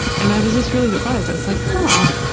and i was just really surprised. i was like, huh,